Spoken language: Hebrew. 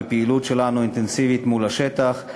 בפעילות אינטנסיבית שלנו מול השטח.